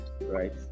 right